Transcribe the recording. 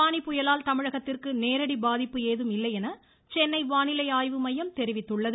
பானி புயலால் தமிழகத்திற்கு நேரடி பாதிப்பு ஏதும் இல்லை என சென்னை வானிலை ஆய்வு மையம் தெரிவித்துள்ளது